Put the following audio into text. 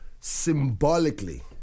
symbolically